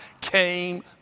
came